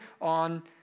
on